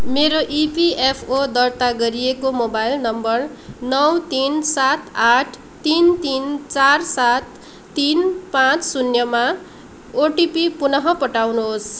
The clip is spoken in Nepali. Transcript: मेरो इपिएफओ दर्ता गरिएको मोबाइल नम्बर नौ तिन सात आठ तिन तिन चार सात तिन पाँच सुन्यमा ओटिपी पुन पठाउनुहोस्